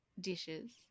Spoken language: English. dishes